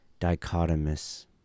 dichotomous